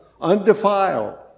undefiled